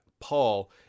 Paul